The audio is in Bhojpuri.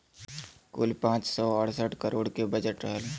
कुल पाँच सौ अड़सठ करोड़ के बजट रहल